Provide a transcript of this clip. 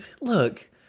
look